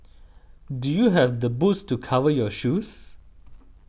do you have the boots to cover your shoes